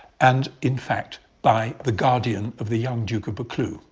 and in fact, by the guardian of the young duke of buccleuch.